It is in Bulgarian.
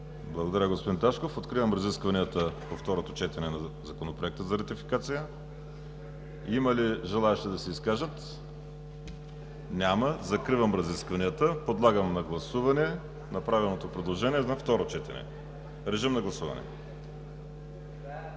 Благодаря, господин Ташков. Откривам разискванията по второто четене на Законопроекта за ратификация. Има ли желаещи да се изкажат? Няма. Закривам разискванията. Подлагам на гласуване направеното предложение на второ четене. Гласували